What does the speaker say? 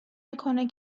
میکنه